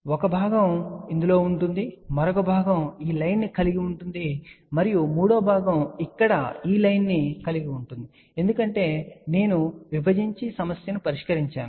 కాబట్టి ఒక విభాగం ఇందులో ఉంటుంది మరొక విభాగం ఈ లైన్ ని కలిగి ఉంటుంది మరియు మూడవ విభాగం ఇక్కడ ఈ లైన్ ని కలిగి ఉంటుంది ఎందుకంటే నేను విభజించి సమస్యను పరిష్కరించాను